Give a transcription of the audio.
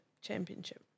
championship